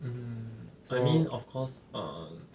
mm I mean of course err